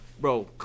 Bro